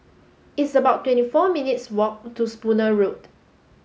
it's about twenty four minutes' walk to Spooner Road